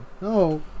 no